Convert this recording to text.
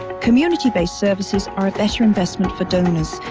community-based services are a better investment for donors,